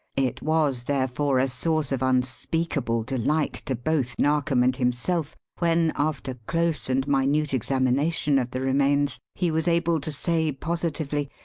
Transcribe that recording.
it was, therefore, a source of unspeakable delight to both narkom and himself, when, after close and minute examination of the remains, he was able to say, positively,